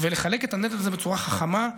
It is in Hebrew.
ולחלק את הנטל הזה בצורה חכמה.